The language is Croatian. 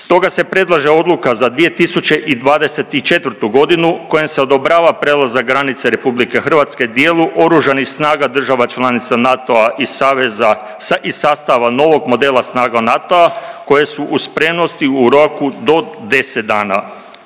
Stoga se predlaže odluka za 2024. godinu kojom se odobrava prelazak granice RH dijelu oružanih snaga država članica NATO-a i saveza i sastava novog modela snaga NATO-a koje su u spremnosti u roku do 10 dana